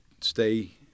stay